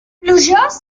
plujós